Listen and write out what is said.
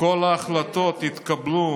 כל ההחלטות יתקבלו